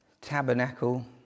tabernacle